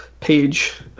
page